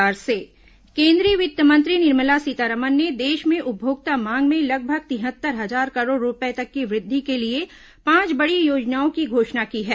केन्द्रीय वित्त मंत्री योजना केन्द्रीय वित्त मंत्री निर्मला सीतारामन ने देश में उपभोक्ता मांग में लगभग तिहत्तर हजार करोड़ रूपये तक की वृद्धि के लिए पांच बड़ी योजनाओं की घोषणा की है